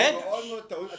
זה נושא מאוד מאוד טעון.